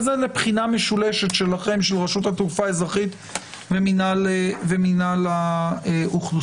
אבל זה לבחינה משולשת שלכם של רשות התעופה האזרחית ומינהל האוכלוסין.